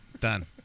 Done